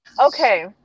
Okay